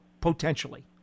Potentially